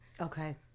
okay